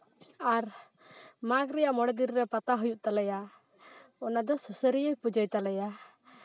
ᱟᱨ ᱢᱟᱜᱽ ᱨᱮᱭᱟᱜ ᱢᱚᱬᱮ ᱫᱤᱱᱨᱮ ᱯᱟᱛᱟ ᱦᱩᱭᱩᱜ ᱛᱟᱞᱮᱭᱟ ᱚᱱᱟᱫᱚ ᱥᱩᱥᱟᱹᱨᱤᱭᱟᱹᱭ ᱯᱩᱡᱟᱹᱭ ᱛᱟᱞᱮᱭᱟ